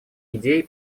идей